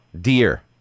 Deer